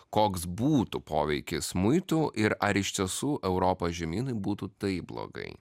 koks būtų poveikis muitų ir ar iš tiesų europos žemynui būtų taip blogai